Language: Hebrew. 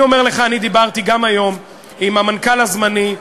אני אומר לך, אני דיברתי גם היום עם המנכ"ל הזמני,